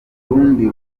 rundi